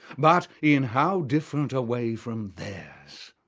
but in how different a way from theirs!